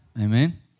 Amen